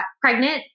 pregnant